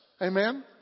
Amen